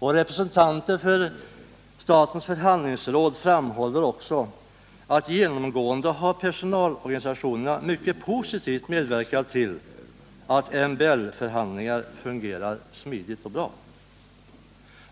Representanter för statens förhandlingsråd framhåller också, att personalorganisationerna genomgående mycket positivt har medverkat till att MBL-förhandlingar fungerat smidigt och väl.